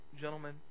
gentlemen